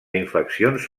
infeccions